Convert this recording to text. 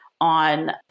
on